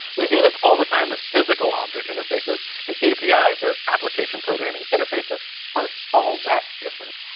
we do this all the time with physical object interfaces, and apis, or application programming interfaces aren't all that different.